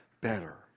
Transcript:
better